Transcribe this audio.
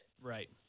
Right